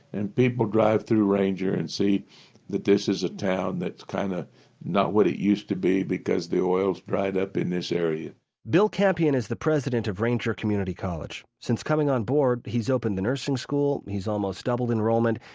and people drive through ranger and see that this is a town that's kind of not what it used to be because the oil has dried up in this area bill campion is the president of ranger community college. since coming on board, he's opened the nursing school, he's almost doubled enrollment,